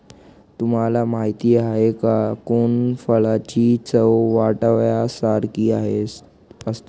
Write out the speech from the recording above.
तुम्हाला माहिती आहे का? कोनफळाची चव बटाट्यासारखी असते